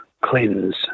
cleanse